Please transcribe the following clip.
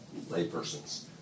laypersons